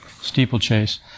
steeplechase